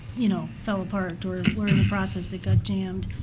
you know, fell apart or where in the process it got jammed.